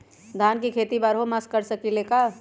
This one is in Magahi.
धान के खेती बारहों मास कर सकीले का?